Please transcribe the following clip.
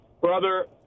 Brother